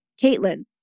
Caitlin